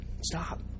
Stop